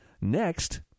Next